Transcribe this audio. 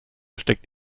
steckt